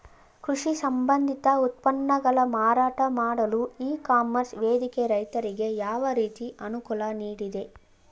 ಕೃಷಿ ಸಂಬಂಧಿತ ಉತ್ಪನ್ನಗಳ ಮಾರಾಟ ಮಾಡಲು ಇ ಕಾಮರ್ಸ್ ವೇದಿಕೆ ರೈತರಿಗೆ ಯಾವ ರೀತಿ ಅನುಕೂಲ ನೀಡಿದೆ?